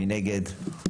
מי נגד?